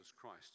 Christ